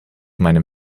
meinem